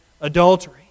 adultery